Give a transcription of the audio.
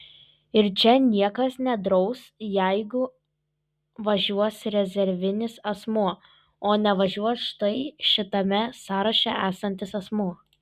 ir čia niekas nedraus jei važiuos rezervinis asmuo o nevažiuos štai šitame sąraše esantis asmuo